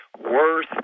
worth